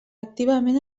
activament